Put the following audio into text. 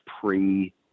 pre